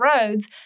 roads